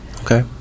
okay